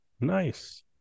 nice